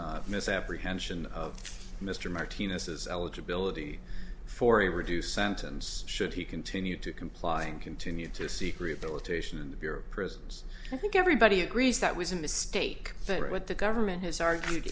this misapprehension of mr martinez's eligibility for a reduced sentence should he continue to comply and continue to seek rehabilitation in the bureau of prisons i think everybody agrees that was a mistake but what the government has argued